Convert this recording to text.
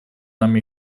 нам